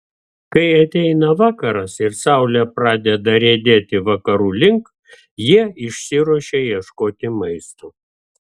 kai ateina vakaras ir saulė pradeda riedėti vakarų link jie išsiruošia ieškoti maisto